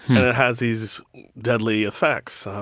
and it has these deadly effects, so